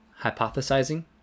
hypothesizing